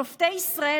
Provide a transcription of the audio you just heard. שופטי ישראל,